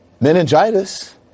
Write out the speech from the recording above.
meningitis